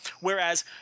whereas